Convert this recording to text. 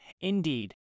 Indeed